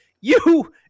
You-